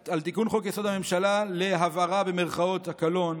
על תיקון חוק-יסוד: הממשלה, להבהרה, "הקלון"